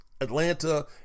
Atlanta